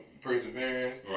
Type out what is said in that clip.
perseverance